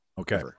Okay